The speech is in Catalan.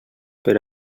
per